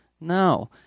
no